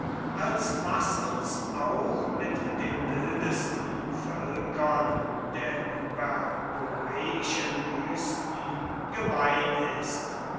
als was uns auch mit den wildesten völkern der hyperboreischen wüsten gemein ist